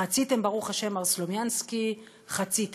חציתם, ברוך השם, מר סלומינסקי, חציתם,